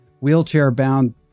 wheelchair-bound